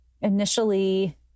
initially